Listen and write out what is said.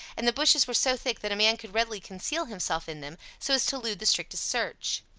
and the bushes were so thick that a man could readily conceal himself in them, so as to elude the strictest search.